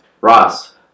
Ross